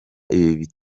ibi